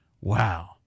Wow